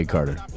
Carter